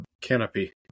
Canopy